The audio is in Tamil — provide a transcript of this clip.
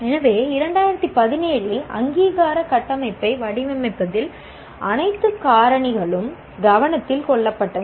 எனவே 2017 இல் அங்கீகார கட்டமைப்பை வடிவமைப்பதில் அனைத்து காரணிகளும் கவனத்தில் கொள்ளப்பட்டன